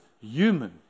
human